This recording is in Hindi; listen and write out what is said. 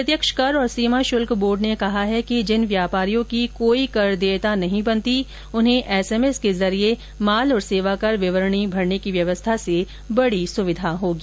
अप्रत्यक्ष कर और सीमा शुल्क बोर्ड ने कहा है कि जिन व्यापारियों की कोई कर देयता नहीं बनती उन्हें एसएमएस के जरिये माल और सेवा कर विवरणी भरने की व्यवस्था से बड़ी सुविधा होगी